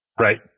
Right